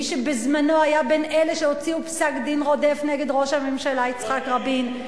מי שבזמנו היה בין אלה שהוציאו פסק-דין רודף נגד ראש הממשלה יצחק רבין,